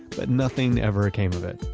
but nothing ever came of it.